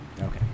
Okay